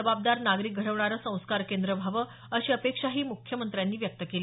काराग्रह हे जबाबदार नागरिक घडवणारं संस्कार केंद्र व्हावं अशी अपेक्षाही मुख्यमंत्र्यांनी व्यक्त केली